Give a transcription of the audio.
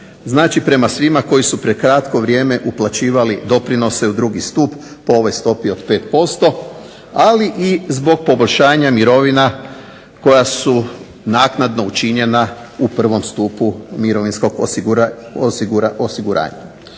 znači prema svima koji su prekratko vrijeme uplaćivali doprinose u 2. Stup po stopi od 5% ali i zbog poboljšanja mirovina koja su naknadno učinjena u 1. Stupu mirovinskog osiguranja.